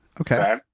Okay